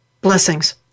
blessings